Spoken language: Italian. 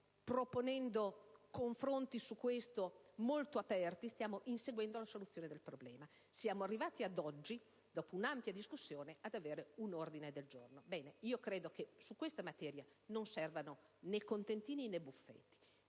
proponendo confronti su questo molto aperti, la soluzione del problema. Siamo arrivati ad oggi, dopo un'ampia discussione, ad avere un ordine del giorno. Ebbene, io credo che su questa materia non servano né contentini né buffetti.